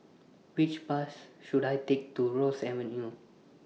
Which Bus should I Take to Ross Avenue